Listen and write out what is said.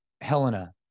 Helena